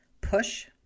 push